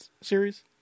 series